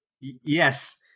Yes